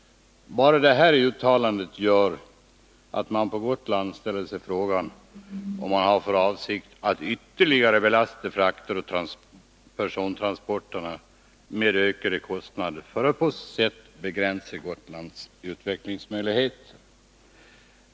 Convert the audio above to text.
Bara detta uttalande gör att man på Gotland ställer sig frågan, om avsikten är att ytterligare belasta frakter och persontransporter med ökade kostnader för att på så sätt begränsa Gotlands utvecklingsmöjligheter.